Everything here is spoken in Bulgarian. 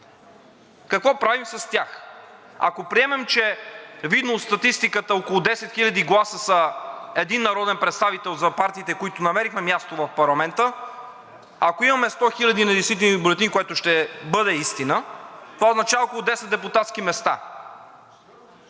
Какво правим с тях? Ако приемем, че, видно от статистиката, около 10 000 гласа са един народен представител за партиите, които намерихме място в парламента, ако имаме 100 000 недействителни бюлетини, което ще бъде истина, това означава около 10 депутатски места.